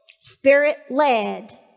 spirit-led